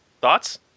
Thoughts